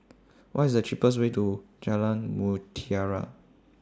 What IS The cheapest Way to Jalan Mutiara